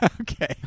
Okay